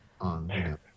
on